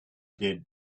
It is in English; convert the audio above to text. did